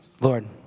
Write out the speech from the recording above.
Lord